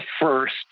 first